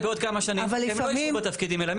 בעוד כמה שנים הם לא יישבו בתפקידים האלה.